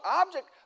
object